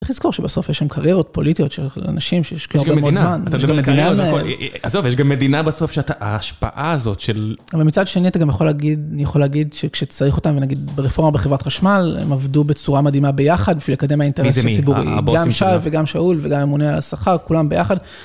איך לזכור שבסוף יש שם קריירות פוליטיות של אנשים שהשקיעו במהות זמן? יש גם מדינה, בסוף יש גם מדינה בסוף שההשפעה הזאת של... אבל מצד שני אתה גם יכול להגיד שכשצריך אותה ונגיד ברפורמה בחברת חשמל, הם עבדו בצורה מדהימה ביחד בשביל לקדם האינטרנס הציבורי. גם שר וגם שאול וגם אמוני על השכר, כולם ביחד.